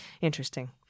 interesting